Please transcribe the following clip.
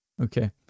Okay